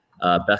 Best